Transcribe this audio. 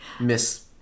Miss